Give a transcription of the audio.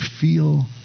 feel